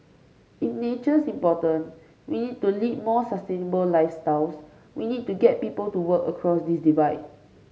if nature's important we need to lead more sustainable lifestyles we need to get people to work across this divide